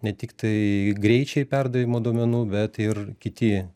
ne tiktai greičiai perdavimo duomenų bet ir kiti